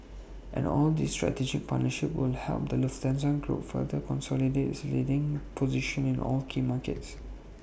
and all these strategic partnerships will help the Lufthansa group further consolidate its leading position in all key markets